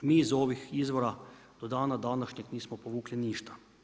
Mi iz ovih izvora do dana današnjeg nismo povukli ništa.